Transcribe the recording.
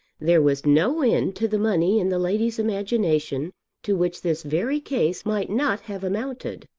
there was no end to the money in the lady's imagination to which this very case might not have amounted.